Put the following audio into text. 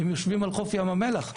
המקומות הללו שוכנים לחוף ים המלח.